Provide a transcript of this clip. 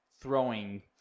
throwing